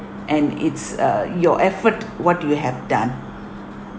and it's uh your effort what you have done